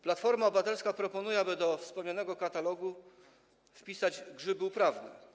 Platforma Obywatelska proponuje, aby do wspomnianego katalogu wpisać grzyby uprawne.